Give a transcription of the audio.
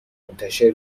منتشر